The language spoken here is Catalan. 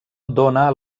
dóna